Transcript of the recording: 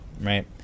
right